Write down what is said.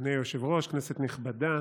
אדוני היושב-ראש, כנסת נכבדה,